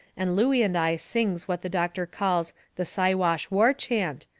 and looey and i sings what the doctor calls the siwash war chant,